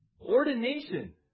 Ordination